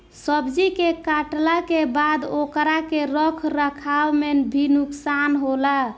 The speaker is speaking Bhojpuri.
सब्जी के काटला के बाद ओकरा के रख रखाव में भी नुकसान होला